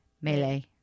Melee